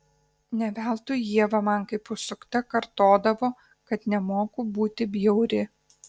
ne veltui ieva man kaip užsukta kartodavo kad nemoku būti bjauri